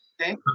Okay